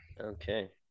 Okay